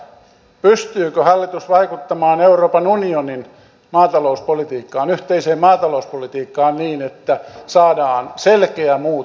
mutta pystyykö hallitus vaikuttamaan euroopan unionin maatalouspolitiikkaan yhteiseen maatalouspolitiikkaan niin että siinä saadaan selkeä muutos